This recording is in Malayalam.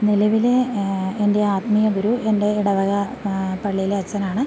നിലവിലെ എൻ്റെ ആത്മീയ ഗുരു എൻ്റെ ഇടവക പള്ളിയിലെ അച്ഛനാണ്